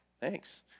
Thanks